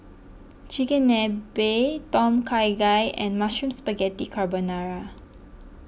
Chigenabe Tom Kha Gai and Mushroom Spaghetti Carbonara